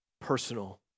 personal